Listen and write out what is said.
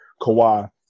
Kawhi